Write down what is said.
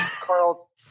Carl